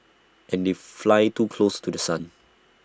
and they fly too close to The Sun